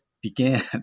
began